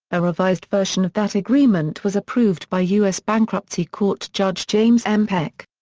a revised version of that agreement was approved by us bankruptcy court judge james m. peck.